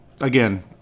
Again